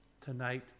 tonight